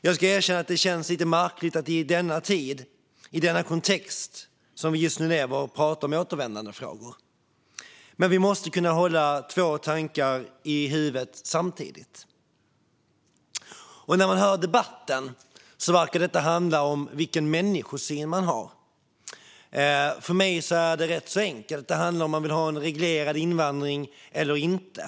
Jag ska erkänna att det känns lite märkligt att i denna tid och i den kontext som vi just nu lever i prata om återvändandefrågor. Men vi måste kunna hålla två tankar i huvudet samtidigt. När man hör debatten verkar det inte handla om vilken människosyn man har. För mig är det rätt enkelt: Det handlar om huruvida man vill ha en reglerad invandring eller inte.